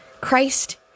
Christ